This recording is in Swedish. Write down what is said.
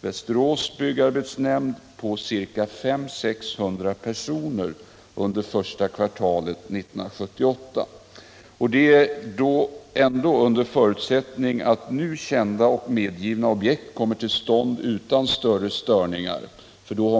Västerås på mellan 500 och 600 personer under första kvartalet 1978. Den siffran förutsätter att nu kända och medgivna objekt kommer till stånd utan större störningar.